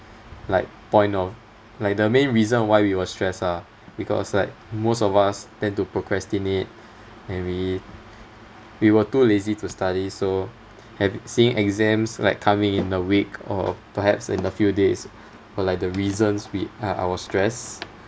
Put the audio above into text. like point of like the main reason why we were stressed ah because like most of us tend to procrastinate and we we were too lazy to study so hav~ seeing exams like coming in a week or perhaps in a few days were like the reasons we I I was stressed